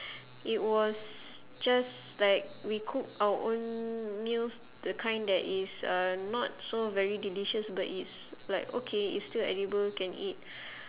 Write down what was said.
it was just like we cook our own meals the kind that is uh not so very delicious but it's like okay it's still edible can eat